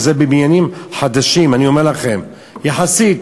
ואלה בניינים חדשים, אני אומר לכם, יחסית,